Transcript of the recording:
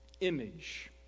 image